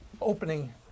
opening